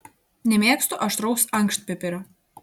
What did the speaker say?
nemėgstu aštraus ankštpipirio